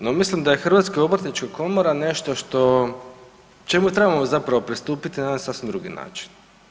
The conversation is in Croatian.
No, mislim da je Hrvatska obrtnička komora nešto što, čemu trebamo zapravo pristupiti na jedan sasvim drugi način.